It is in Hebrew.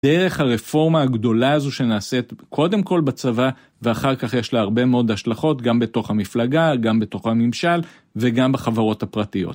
דרך הרפורמה הגדולה הזו שנעשית, קודם כל בצבא, ואחר כך יש לה הרבה מאוד השלכות, גם בתוך המפלגה, גם בתוך הממשל, וגם בחברות הפרטיות.